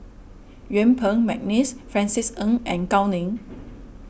Yuen Peng McNeice Francis Ng and Gao Ning